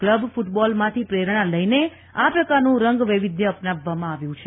club ફૂટબોલમાંથી પ્રેરણા લઈને આ પ્રકારનું રંગ વૈવિધ્ય અપનાવવામાં આવ્યું છે